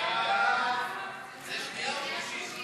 זה שנייה או שלישית?